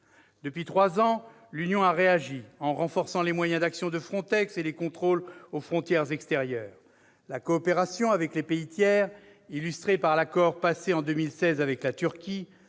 Depuis trois ans, l'Union européenne a réagi en renforçant les moyens d'action de FRONTEX et les contrôles aux frontières extérieures. La coopération avec les pays tiers, illustrée par l'accord passé en 2016 avec la Turquie,